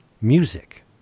music